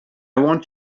want